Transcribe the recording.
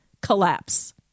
collapse